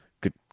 Good